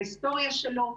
ההיסטוריה שלו,